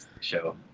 Show